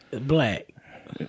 black